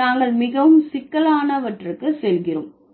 நாங்கள் மிகவும் சிக்கலானவற்றுக்கு செல்கிறோம்